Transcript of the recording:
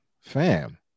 fam